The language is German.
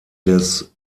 des